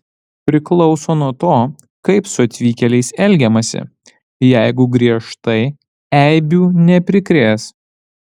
priklauso nuo to kaip su atvykėliais elgiamasi jeigu griežtai eibių neprikrės